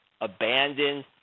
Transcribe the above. abandoned